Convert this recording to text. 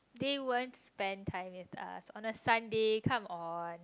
they won't spend time with us on a Sunday come on